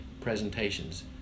presentations